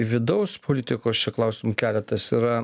vidaus politikos čia klausimų keletas yra